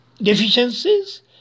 Deficiencies